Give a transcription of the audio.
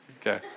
okay